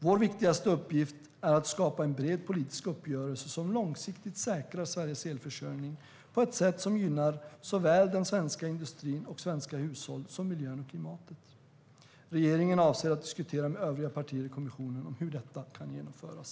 Vår viktigaste uppgift är att skapa en bred politisk uppgörelse som långsiktigt säkrar Sveriges elförsörjning på ett sätt som gynnar såväl den svenska industrin och svenska hushåll som miljön och klimatet. Regeringen avser att diskutera med övriga partier i Energikommissionen hur detta kan genomföras.